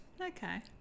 Okay